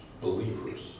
believers